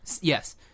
Yes